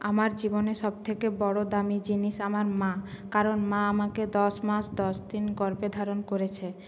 আমার জীবনে সবথেকে বড়ো দামি জিনিস আমার মা কারণ মা আমাকে দশ মাস দশ দিন গর্ভে ধারণ করেছে